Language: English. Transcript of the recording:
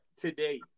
today